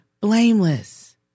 blameless